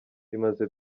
rimaze